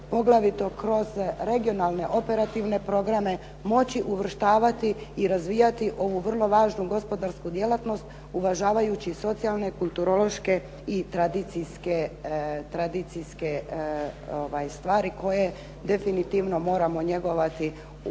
poglavito kroz regionalne operativne programe moći usavršavati i razvijati ovu vrlo važnu gospodarsku djelatnost, uvažavajući socijalne, kulturološke i tradicijske stvari koje definitivno moramo njegovati u ovom